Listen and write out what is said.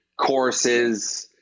courses